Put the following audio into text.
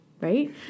right